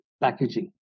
packaging